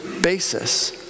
basis